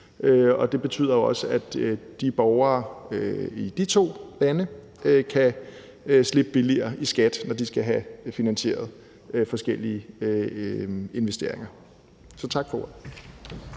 og det betyder også, at borgere i de to lande kan slippe billigere i skat, når de skal have finansieret forskellige investeringer. Tak for ordet.